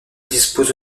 disposent